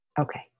Okay